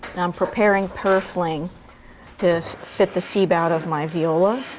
i'm preparing purfling to fit the c-bout of my viola.